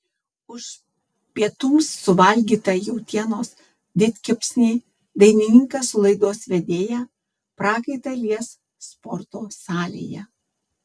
už pietums suvalgytą jautienos didkepsnį dainininkas su laidos vedėja prakaitą lies sporto salėje